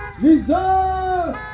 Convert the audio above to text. Jesus